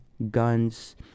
Guns